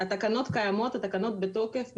התקנות קיימות, התקנות בתוקף מ-2016.